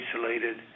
isolated